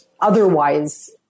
otherwise